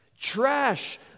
Trash